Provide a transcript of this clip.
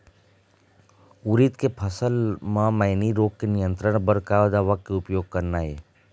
उरीद के फसल म मैनी रोग के नियंत्रण बर का दवा के उपयोग करना ये?